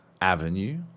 avenue